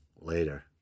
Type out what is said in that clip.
Later